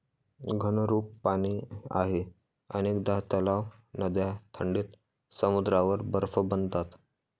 घनरूप पाणी आहे अनेकदा तलाव, नद्या थंडीत समुद्रावर बर्फ बनतात